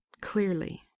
clearly